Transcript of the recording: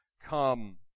come